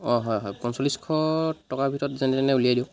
অঁ হয় হয় পঞ্চল্লিছশ টকাৰ ভিতৰত যেনে তেনে উলিয়াই দিয়ক